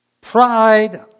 Pride